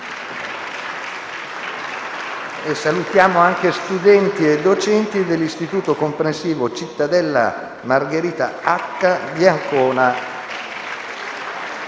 Salutiamo anche studenti e docenti dell'Istituto comprensivo «Cittadella -Margherita Hack» di Ancona.